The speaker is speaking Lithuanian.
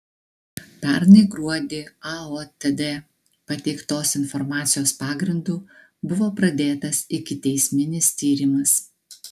pernai gruodį aotd pateiktos informacijos pagrindu buvo pradėtas ikiteisminis tyrimas